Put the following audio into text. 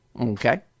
Okay